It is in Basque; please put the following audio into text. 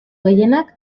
gehienak